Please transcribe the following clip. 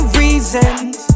reasons